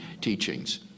teachings